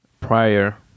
prior